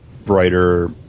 brighter